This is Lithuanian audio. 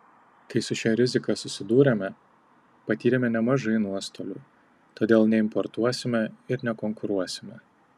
kai su šia rizika susidūrėme patyrėme nemažai nuostolių todėl neimportuosime ir nekonkuruosime